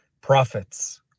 prophets